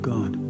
God